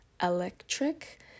electric